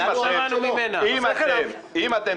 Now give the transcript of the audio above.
לך אליו.